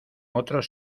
otros